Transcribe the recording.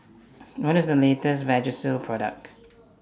What IS The latest Vagisil Product